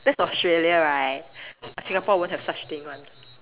that's Australia right Singapore won't have such thing [one]